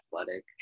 athletic